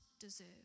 deserve